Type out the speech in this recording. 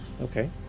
Okay